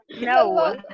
no